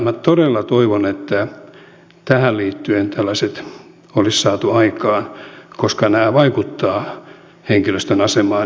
minä todella toivon että tähän liittyen tällaiset olisi saatu aikaan koska nämä vaikuttavat henkilöstön asemaan